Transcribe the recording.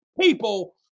people